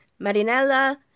Marinella